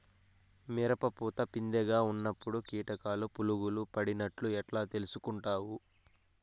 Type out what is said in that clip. మిరప పూత పిందె గా ఉన్నప్పుడు కీటకాలు పులుగులు పడినట్లు ఎట్లా తెలుసుకుంటావు?